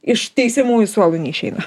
iš teisiamųjų suolų neišeina